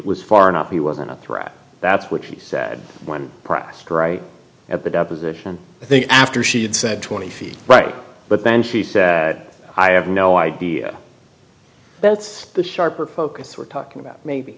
was far enough he wasn't a threat that's what she said when pressed right at the deposition i think after she had said twenty feet right but then she said i have no idea that's the sharper focus we're talking about maybe